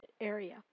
area